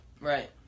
Right